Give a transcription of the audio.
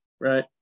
right